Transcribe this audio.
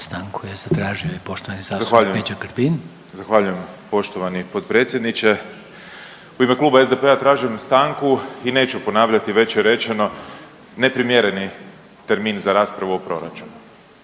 Peđa (SDP)** Zahvaljujem. Zahvaljujem poštovani potpredsjedniče. U ime Kluba SDP-a tražim stanku i neću ponavljati, već je rečeno, neprimjereni termin za raspravu o proračunu.